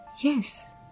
Yes